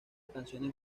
canciones